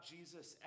Jesus